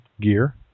gear